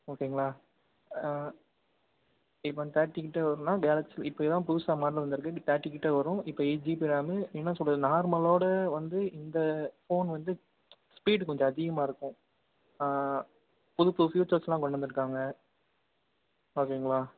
ஓகேங்களா இப்போ அந்த தேர்ட்டிக்கிட்ட வரும்னா கேலக்சி இப்போ இதுதான் புதுசாக மாடல் வந்திருக்கு தேர்ட்டிக்கிட்ட வரும் இப்போ எயிட் ஜிபி ரேமு என்ன சொல்கிறது நார்மலோட வந்து இந்த ஃபோன் வந்து ஸ்பீடு கொஞ்சம் அதிகமாக இருக்கும் புது புது ஃபியூச்சர்ஸ்லாம் கொண்டு வந்திருக்காங்க ஓகேங்களா